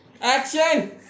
Action